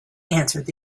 answered